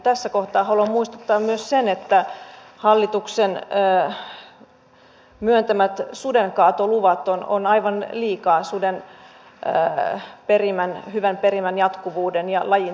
tässä kohtaa haluan muistuttaa myös siitä että hallituksen myöntämät sudenkaatoluvat ovat aivan liikaa suden hyvän perimän jatkuvuuden ja lajin